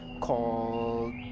called